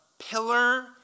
pillar